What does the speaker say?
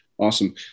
Awesome